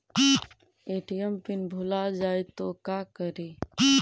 ATM PIN भुला जाए तो का करी?